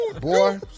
boy